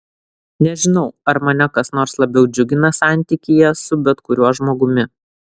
nežinau ar mane kas nors labiau džiugina santykyje su bet kuriuo žmogumi